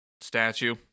statue